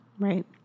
Right